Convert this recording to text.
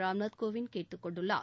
ராம்நாத் கோவிந்த் கேட்டுக்கொண்டுள்ளார்